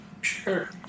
sure